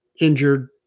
injured